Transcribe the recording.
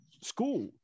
school